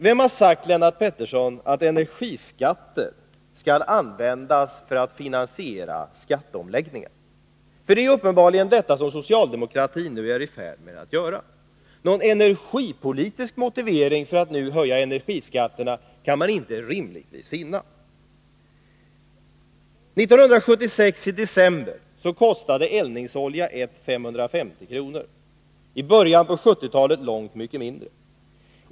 Vem har sagt, Lennart Pettersson, att energiskatter skall användas för att finansiera skatteomläggningar? Det är uppenbarligen detta som socialdemokratin nu är i färd med att göra. Någon energipolitisk motivering för att nu höja energiskatterna kan man rimligtvis inte finna. I december 1976 kostade eldningsolja 1 550 kr., och i början på 1970-talet kostade den mycket mindre.